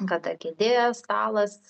kada kėdė stalas